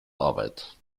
arbeit